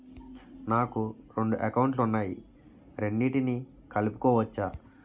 నాకు రెండు అకౌంట్ లు ఉన్నాయి రెండిటినీ కలుపుకోవచ్చా?